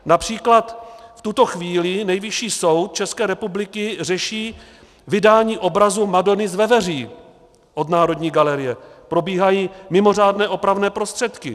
Například v tuto chvíli Nejvyšší soud České republiky řeší vydání obrazu Madony z Veveří od Národní galerie, probíhají mimořádné opravné prostředky.